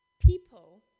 people